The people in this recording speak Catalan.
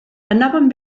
anàvem